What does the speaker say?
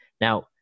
Now